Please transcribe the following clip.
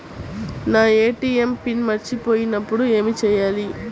నా ATM pin మర్చిపోయినప్పుడు ఏమి చేయాలి?